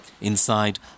Inside